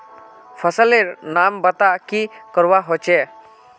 फसल लेर नाम बता की करवा होचे?